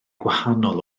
gwahanol